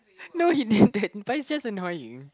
no he didn't but it's just annoying